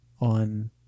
on